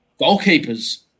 goalkeepers